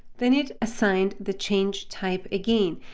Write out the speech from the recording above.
then it assigned the changed type again,